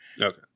Okay